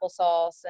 applesauce